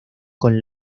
con